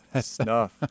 Snuff